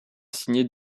signée